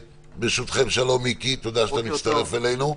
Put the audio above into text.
שלום מיקי, תודה שאתה מצטרף אלינו.